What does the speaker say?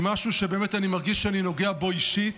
משהו שבאמת אני מרגיש שאני נוגע בו אישית,